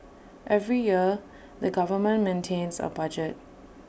every year the government maintains A budget